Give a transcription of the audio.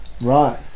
right